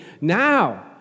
now